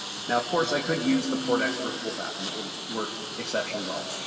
now, of course i could use the port expert toolpath and it would work exceptionally well,